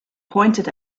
pointed